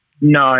No